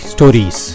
Stories